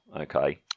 Okay